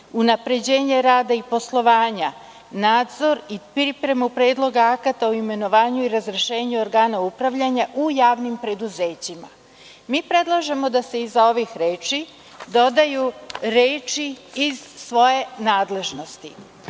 unapređenje rada i poslovanja, nadzor i pripremu predloga akata o imenovanju i razrešenju organa upravljanja u javnim preduzećima. Mi predlažemo da se iza ovih reči dodaju reči: „iz svoje nadležnosti“.